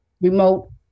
remote